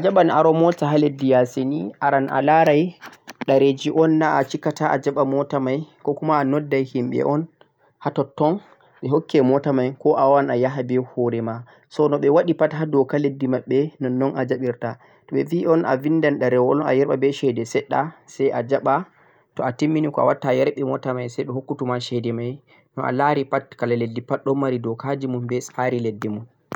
to'a jaban aro mota ha leddi yasi ni aran a laran dereji on na a chikata a jaba mota mai ko kuma a noddai himbe on ha totton beh hokke mota mai ko'a wawana a yaha beh horema so no beh wadi pat ha doka leddi mabbe nonnon a jabirta to beh vi on a vindan deruwol a yerba beh chede sedda sai a jaba to'a timmini ko'a watta a yarbi mota mai sai beh hokkutuma chede mai no'a lari pat kala leddi pat do mari dokaji mun beh tsari leddi mun